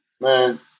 Man